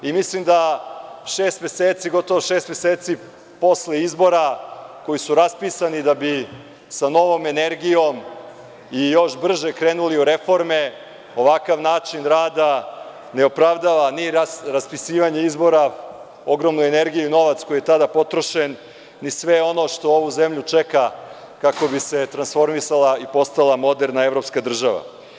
Mislim da gotovo šest meseci posle izbora, koji su raspisani da bi sa novom energijom i još brže krenuli u reforme, ovakav način rada ne opravdava ni raspisivanje izbora, ogromnu energiju i novac koji je tada potrošen, ni sve ono što ovu zemlju čeka kako bi se transformisala i postala moderna evropska država.